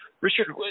Richard